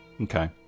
Okay